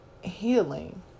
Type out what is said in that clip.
healing